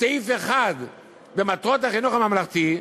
סעיף (1) במטרות החינוך הממלכתי,